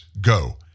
go